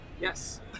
Yes